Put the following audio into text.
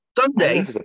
Sunday